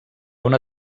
una